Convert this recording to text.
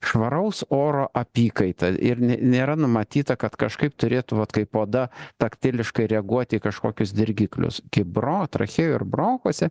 švaraus oro apykaita ir nėra numatyta kad kažkaip turėtų vat kaip oda taktiliškai reaguoti į kažkokius dirgiklius kibro trachėjoj ir bronchuose